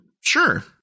sure